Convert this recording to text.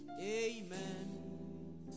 Amen